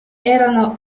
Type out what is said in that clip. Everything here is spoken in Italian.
erano